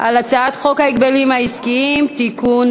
על הצעת חוק ההגבלים העסקיים (תיקון,